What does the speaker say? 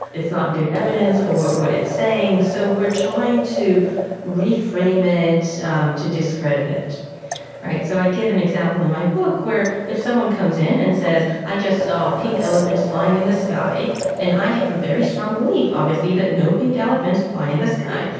it's not good evidence for what what it's saying. so we're trying to reframe it to discredit it. all right. so i give an example in my book where if someone comes in and says, i just saw pink elephants flying in the sky and i have a very strong belief obviously that no pink elephants fly in the sky,